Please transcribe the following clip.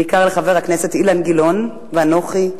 בעיקר חבר הכנסת אילן גילאון ואנוכי,